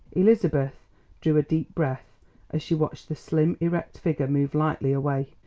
elizabeth drew a deep breath as she watched the slim, erect figure move lightly away.